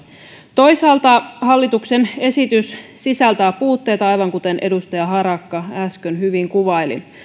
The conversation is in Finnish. toisaalta hallituksen esitys sisältää puutteita aivan kuten edustaja harakka äsken hyvin kuvaili